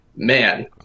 man